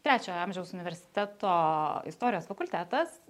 trečiojo amžiaus universiteto istorijos fakultetas